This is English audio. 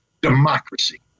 democracy